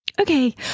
Okay